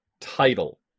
title